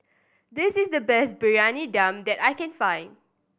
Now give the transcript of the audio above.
this is the best Briyani Dum that I can find